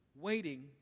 waiting